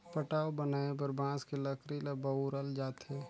पटाव बनाये बर बांस के लकरी ल बउरल जाथे